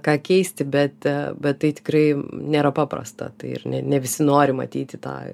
ką keisti bet bet tai tikrai nėra paprasta tai ir ne visi nori matyti tą